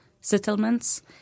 settlements